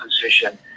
position